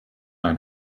ein